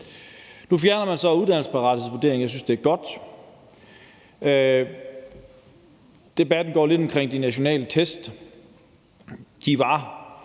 Nu fjerner man så uddannelsesparathedsvurderingen, og jeg synes, det er godt. Debatten har også gået lidt omkring de nationale test, som var,